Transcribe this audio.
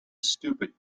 stupid